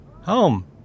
home